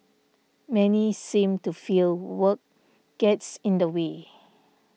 many seem to feel work gets in the way